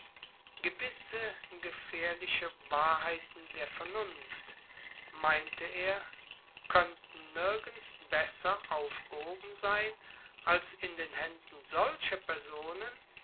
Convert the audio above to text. gewisse gefährliche wahrheiten der vernunft meinte er könnten nirgends besser aufgehoben sein als in den händen solcher personen